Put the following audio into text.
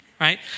right